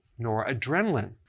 noradrenaline